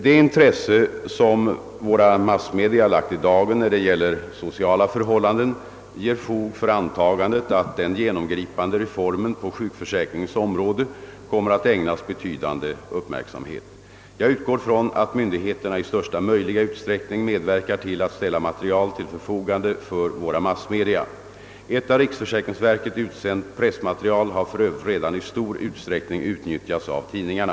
Det intresse som våra massmedia lagt i dagen när det gäller sociala förhållanden ger fog för antagandet att den genomgripande reformen på sjukförsäkringens område kommer att ägnas betydande uppmärksamhet. Jag utgår från att myndigheterna i största möjliga utsträckning medverkar till att ställa material till förfogande för våra massmedia. Ett av riksförsäkringsverket utsänt pressmaterial har f. ö. redan i stor utsträckning utnyttjats av tidningarna.